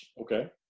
okay